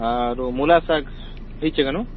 ଆରୁ ମୁଲା ଶାଗ ହେଇଛେ କେନୁ